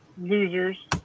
losers